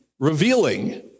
revealing